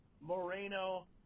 Moreno